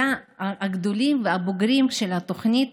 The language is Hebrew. הגדולים והבוגרים של התוכנית